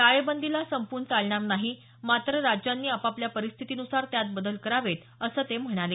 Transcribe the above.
टाळेबंदीला संपवून चालणार नाही मात्र राज्यांनी आपापल्या परिस्थितीनुसार त्यात बदल करावेत असं पंतप्रधान म्हणाले